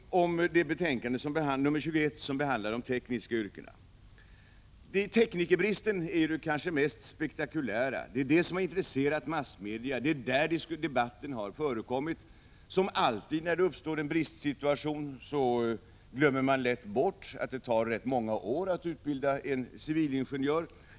I betänkande 21 behandlas de tekniska yrkandena. Teknikerbristen är det kanske mest spektakulära. Det är detta som har intresserat massmedia, det är i denna fråga debatt har förekommit. Det förhåller sig här så som det alltid gör när en bristsituation uppstår. Man glömmer lätt bort att det tar rätt många år att utbilda en civilingenjör.